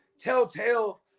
telltale